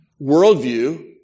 worldview